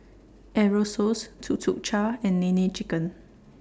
Aerosoles Tuk Tuk Cha and Nene Chicken